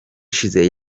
ishize